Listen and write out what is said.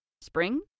Spring